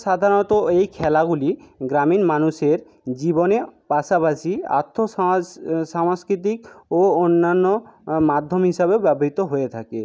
সাধারণত এই খেলাগুলি গ্রামীণ মানুষের জীবনে পাশাপাশি সাংস্কৃতিক ও অন্যান্য মাধ্যম হিসাবেও ব্যবহৃত হয়ে থাকে